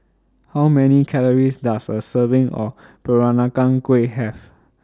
How Many Calories Does A Serving of Peranakan Kueh Have